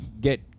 Get